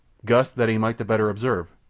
gust, that he might the better observe,